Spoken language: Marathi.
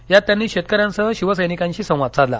यात त्यांनी शेतकऱ्यांसह शिवसर्फिकांशी संवाद साधला